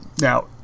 Now